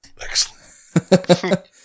Excellent